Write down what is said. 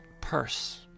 purse